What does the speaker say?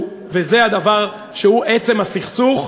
וזה הדבר שהוא עצם הסכסוך,